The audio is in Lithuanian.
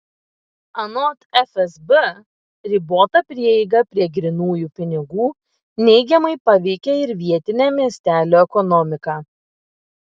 anot fsb ribota prieiga prie grynųjų pinigų neigiamai paveikia ir vietinę miestelių ekonomiką